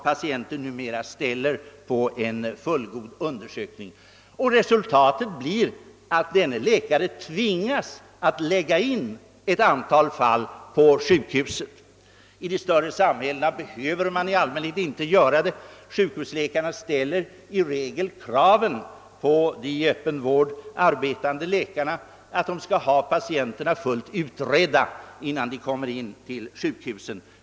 Patienterna ställer också ökade krav på en fullgod undersökning. Och resultatet blir att denne läkare tvingas lägga in en hel del patienter på sjukhuset för att göra de undersökningarna. Det behöver man i allmänhet inte göra i de större samhällena. Där ställer sjukhusläkarna i re gel det kravet på i öppen vård arbetande läkare att de skall ha patienterna fullt utredda innan dessa kommer in till sjukhuset.